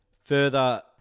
Further